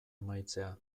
amaitzea